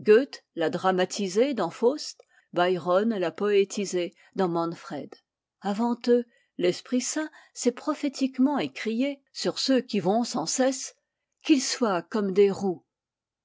dramatisé dans faust byron l'a poétisé dans manfred avant eux lesprit saint s'est prophétiquement écrié sur ceux qui vont sans cesse qu ils soient comme des roues